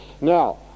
Now